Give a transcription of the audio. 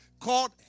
called